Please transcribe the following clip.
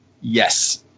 yes